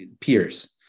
peers